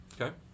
Okay